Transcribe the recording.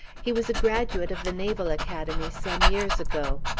he was a graduate of the naval academy some years ago.